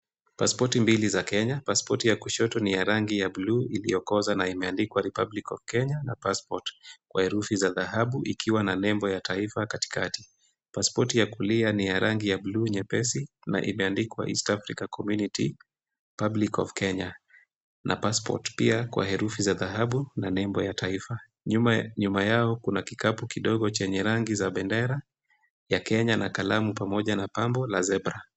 Paspoti mbili za Kenya, paspoti ya kushoto ni ya rangi ya bluu iliyokoza na imeandikwa public of Kenya na passport kwa herufi za dhahabu ikiwa na nembo ya taifa katikati. Paspoti ya kulia ni ya rangi ya bluu nyepesi na imeandikwa East Africa Community, Public of Kenya na Passport pia kwa herufi za dhahabu na nembo ya taifa. Nyuma yao kuna kikapu kidogo chenye rangi za bendera ya Kenya na kalamu pamoja na pambo la zebra.